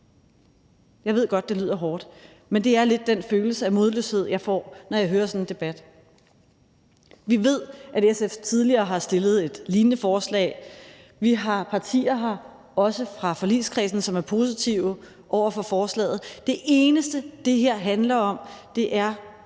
Jeg ved godt, det lyder hårdt, men det er lidt den følelse af modløshed, jeg får, når jeg hører sådan en debat. Vi ved, at SF tidligere har fremsat et lignende forslag. Vi har partier her, også fra forligskredsen, som er positive over for forslaget. Det eneste, det her handler om, er